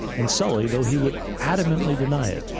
and sully, although he would adamantly deny it,